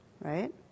right